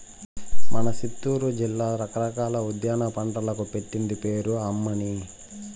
మన సిత్తూరు జిల్లా రకరకాల ఉద్యాన పంటలకు పెట్టింది పేరు అమ్మన్నీ